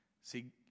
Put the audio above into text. See